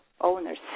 owners